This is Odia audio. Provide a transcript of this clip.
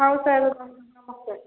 ହଉ ସାର୍ ରହିଲି ନମସ୍କାର